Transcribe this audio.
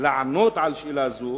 לענות על שאלה זו